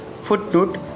Footnote